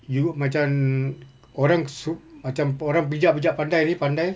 you macam orang serup~ macam orang bijak bijak pandai ni pandai